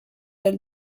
elles